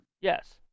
Yes